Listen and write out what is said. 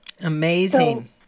Amazing